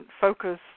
focus